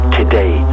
today